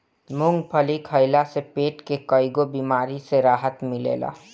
मूंगफली खइला से पेट के कईगो बेमारी से राहत मिलेला